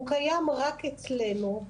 הוא קיים רק אצלנו,